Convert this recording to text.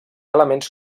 elements